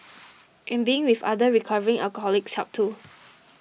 in being with other recovering alcoholics helped too